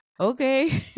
okay